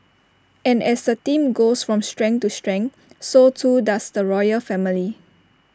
and as the team goes from strength to strength so too does the royal family